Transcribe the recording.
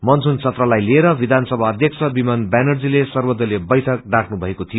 monsoon सत्रलाई लिएर जवधानसभा अध्यक्ष विमान व्यानर्जीले सर्वदलीय बैठक डाक्नु भएको थियो